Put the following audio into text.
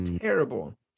terrible